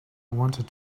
wanted